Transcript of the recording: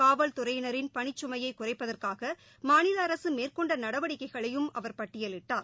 காவல்துறையினரின் பணிச்சுமையை குறைப்பதற்காக மேற்கொண்ட நடவடிக்கைகளையும் அவர் பட்டியலிட்டார்